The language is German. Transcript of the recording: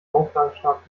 auflagenstark